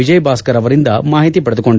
ವಿಜಯಭಾಸ್ತರ್ ಅವರಿಂದ ಮಾಹಿತಿ ಪಡೆದುಕೊಂಡರು